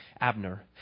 Abner